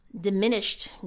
Diminished